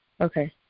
okay